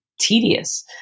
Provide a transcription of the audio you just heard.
tedious